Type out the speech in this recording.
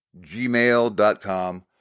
gmail.com